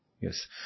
Yes